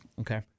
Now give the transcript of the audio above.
Okay